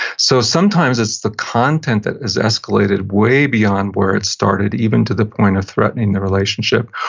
so, sometimes it's the content that is escalated way beyond where it started even to the point of threatening the relationship,